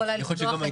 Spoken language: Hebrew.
סגן השר לביטחון הפנים